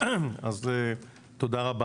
תודה רבה